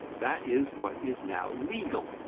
that is what is now legal.